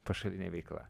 pašalinė veikla